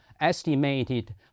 estimated